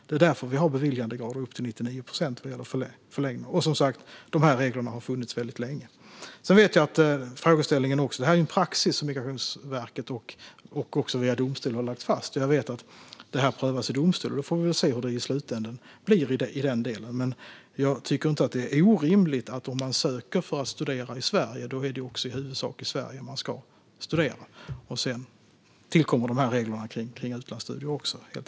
Det är därför som vi har en beviljandegrad på upp till 99 procent när det gäller förlängning. Dessa regler har som sagt funnits väldigt länge. Detta är en praxis som man har lagt fast från Migrationsverket och också via domstolar. Jag vet att det här prövas i domstol, och vi får se hur det blir i slutändan. Men jag tycker inte att det är orimligt att det i huvudsak är i Sverige som man ska studera om man söker för att studera i Sverige. Sedan tillkommer reglerna kring utlandsstudier.